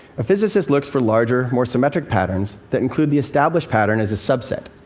a physicist looks for larger, more symmetric patterns that include the established pattern as a subset.